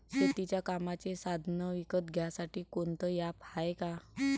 शेतीच्या कामाचे साधनं विकत घ्यासाठी कोनतं ॲप हाये का?